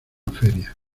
feria